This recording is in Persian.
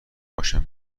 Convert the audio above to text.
باشم